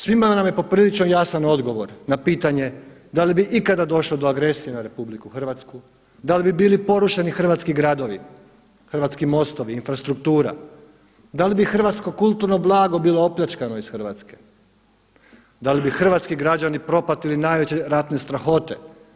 Svima nam je poprilično jasan odgovor na pitanje da li bi ikada došlo do agresije na RH, da li bi bili porušeni hrvatski gradovi, hrvatski mostovi, infrastruktura, da li bi hrvatsko kulturno blago bilo opljačkano iz Hrvatske, da li bi hrvatski građani propatili najveće ratne strahote?